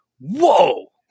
whoa